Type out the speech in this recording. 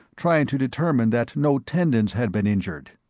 trying to determine that no tendons had been injured.